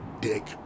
dick